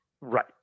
Right